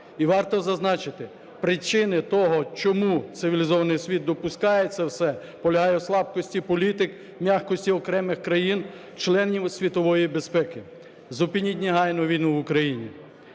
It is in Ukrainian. І варто зазначити, причини того, чому цивілізований світ допускає це все полягає в слабкості політик, м'якості окремих країн – членів світової безпеки. Зупиніть негайно війну в Україні!